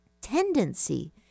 tendency